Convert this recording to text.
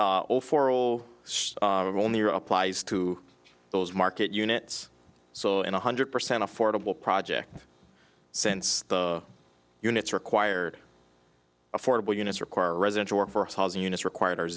will only applies to those market units so in one hundred percent affordable project since the units required affordable units require residential or for housing units require